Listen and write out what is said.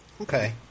Okay